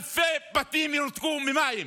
אלפי בתים ינותקו ממים.